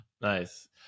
nice